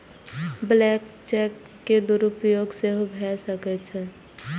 blank cheque के दुरुपयोग सेहो भए सकै छै